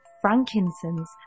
frankincense